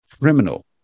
criminal